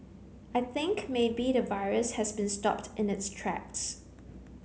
I think maybe the virus has been stopped in its tracks